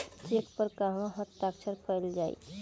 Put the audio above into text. Check पर कहवा हस्ताक्षर कैल जाइ?